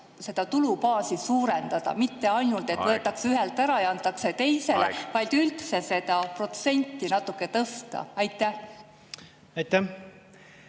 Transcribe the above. seda protsenti natuke tõsta. Mitte ainult, et võetakse ühelt ära ja antakse teisele, vaid üldse seda protsenti natuke tõsta. Aitäh, hea